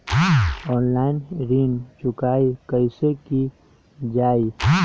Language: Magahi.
ऑनलाइन ऋण चुकाई कईसे की ञाई?